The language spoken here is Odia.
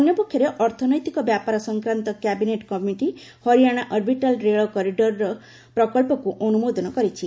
ଅନ୍ୟ ପକ୍ଷରେ ଅର୍ଥନୈତିକ ବ୍ୟାପାର ସଂକ୍ରାନ୍ତ କ୍ୟାବିନେଟ୍ କମିଟି ହରିଆଣା ଅର୍ବିଟାଲ୍ ରେଳ କରିଡ଼ର ପ୍ରକଚ୍ଚକୁ ଅନୁମୋଦନ କରିଛି